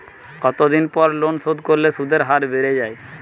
কতদিন পর লোন শোধ করলে সুদের হার বাড়ে য়ায়?